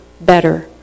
better